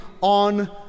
on